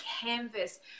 canvas